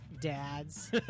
dads